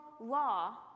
law